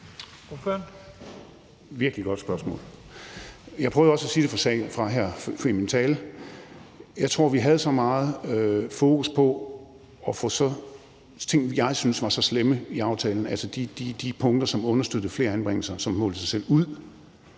Jeg prøvede også at sige det i min tale. Jeg tror, vi havde så meget fokus på at få ting, vi syntes var så slemme, i aftalen ud – altså de punkter, som understøttede flere anbringelser som mål i sig selv –